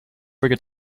forget